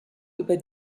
über